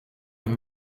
een